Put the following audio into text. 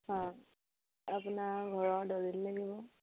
হয় আপোনাৰ ঘৰৰ দলিল লাগিব